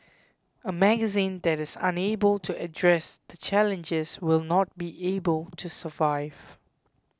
a magazine that is unable to address the challenges will not be able to survive